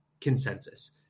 consensus